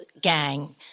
gang